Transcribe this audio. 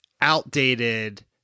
outdated